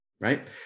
right